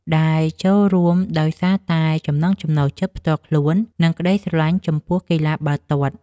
ដែលចូលរួមដោយសារតែចំណង់ចំណូលចិត្តផ្ទាល់ខ្លួននិងក្តីស្រលាញ់ចំពោះកីឡាបាល់ទាត់។